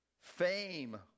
Fame